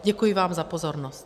Děkuji za pozornost.